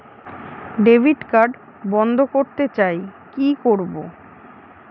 Debit card বন্ধ করতে চাই কি করব?